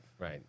Right